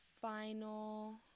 final